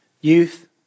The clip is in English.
youth